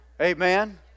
Amen